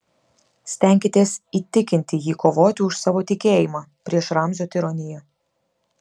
stenkitės įtikinti jį kovoti už savo tikėjimą prieš ramzio tironiją